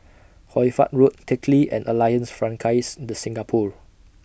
Hoy Fatt Road Teck Lee and Alliance Francaise De Singapour